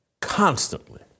constantly